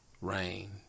Rain